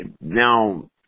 now